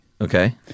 Okay